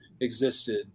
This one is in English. existed